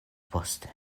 poste